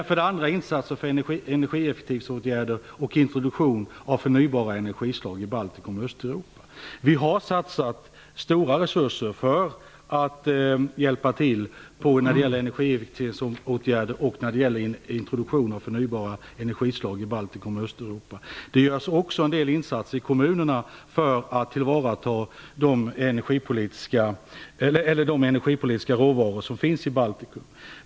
För det andra gäller det insatser energieffektiviseringsåtgärder och introduktion av förnybara energislag i Baltikum och Östeuropa. Vi har satsat stora resurser för att hjälpa till när det gäller energieffektiviseringsåtgärder och introduktion av förnybara energislag i Baltikum och Östeuropa. Det görs också en del insatser i kommunerna för att tillvarata de energipolitiska råvaror som finns i Baltikum.